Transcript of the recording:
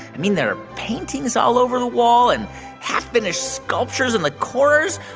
i mean, there are paintings all over the wall and half-finished sculptures in the corners.